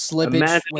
Imagine